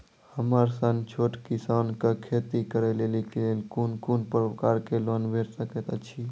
हमर सन छोट किसान कअ खेती करै लेली लेल कून कून प्रकारक लोन भेट सकैत अछि?